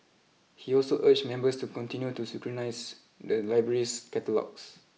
he also urged members to continue to scrutinise the library's catalogues